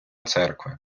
церкви